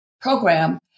program